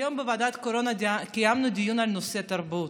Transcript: היום בוועדת קורונה קיימנו דיון על נושא התרבות.